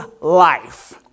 life